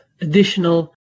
additional